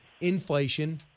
inflation